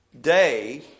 day